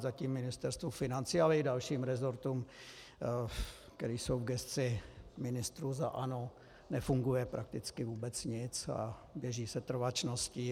Zatím Ministerstvu financí, ale i dalším rezortům, které jsou v gesci ministrů za ANO, nefunguje prakticky vůbec nic, běží setrvačností.